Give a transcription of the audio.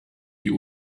die